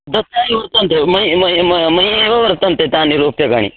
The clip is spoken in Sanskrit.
दत् वर्तन्ते मयि मयि मयि मयि वर्तन्ते तानि रूप्यकाणि